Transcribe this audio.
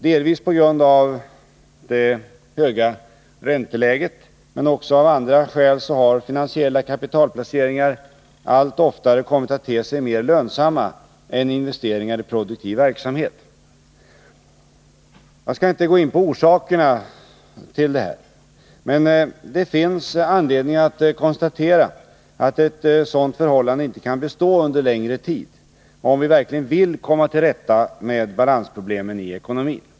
Delvis på grund av det höga ränteläget, men också av andra skäl, har finansiella kapitalpla ceringar allt oftare kommit att te sig mer lönsamma än investeringar i Nr 51 produktiv verksamhet. Jag skall inte gå in på orsakerna till detta. Men det finns anledning att konstatera att ett sådant förhållande inte kan bestå under längre tid, om vi verkligen vill komma till rätta med balansproblemen i ekonomin.